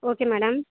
okay madam